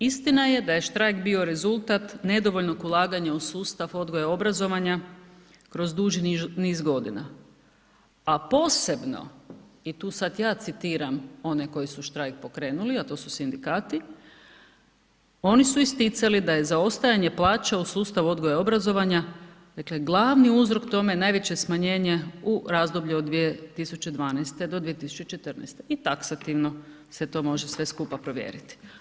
Istina je da je štrajk bio rezultat nedovoljnog ulaganja u sustav odgoja i obrazovanja kroz duži niz godina, a posebno i tu sad ja citiram one koji su štrajk pokrenuli, a to su sindikati, oni su isticali da je zaostajanje plaća u sustavu odgoja i obrazovanja dakle glavni uzrok tome je najveće smanjenje u razdoblju od 2012. do 2014. i taksativno se to može sve skupa provjeriti.